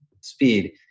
speed